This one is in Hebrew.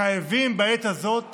חייבים בעת הזאת